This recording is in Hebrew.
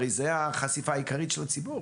הרי זו החשיפה העיקרית של הציבור.